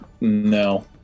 No